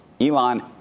Elon